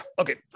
okay